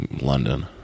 London